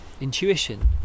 intuition